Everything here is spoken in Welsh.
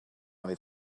oedd